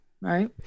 right